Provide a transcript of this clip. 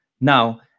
now